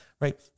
right